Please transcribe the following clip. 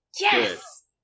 Yes